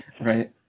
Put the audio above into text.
Right